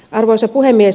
arvoisa puhemies